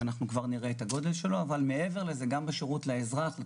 והוא גם משפיע על השירות לאזרח ועל